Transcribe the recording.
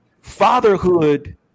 Fatherhood